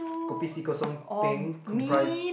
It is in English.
kopi C kosong peng comprise